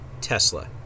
Tesla